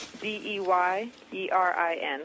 D-E-Y-E-R-I-N